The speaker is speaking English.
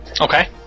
Okay